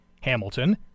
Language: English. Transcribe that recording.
Hamilton